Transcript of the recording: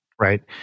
right